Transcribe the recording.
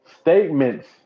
statements